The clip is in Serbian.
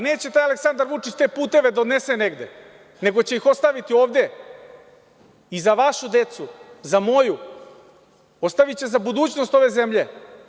Neće taj Aleksandar Vučić te puteve da odnese negde, nego će ih ostaviti ovde i za vašu decu, za moju, ostaviće za budućnost ove zemlje.